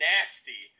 Nasty